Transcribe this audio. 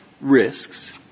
risks